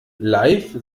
live